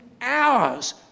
hours